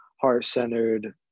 heart-centered